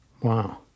Wow